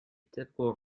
typical